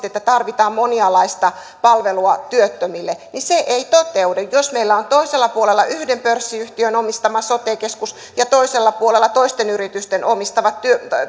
että tarvitaan monialaista palvelua työttömille ei toteudu jos meillä on toisella puolella yhden pörssiyhtiön omistama sote keskus ja toisella puolella toisten yritysten